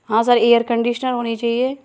हाँ sir air conditioner होनी चाहिए